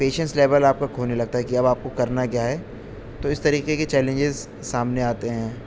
patience level آپ کا کھونے لگتا ہے کہ اب آپ کو کرنا کیا ہے تو اس طریقے کے چیلنجز سامنے آتے ہیں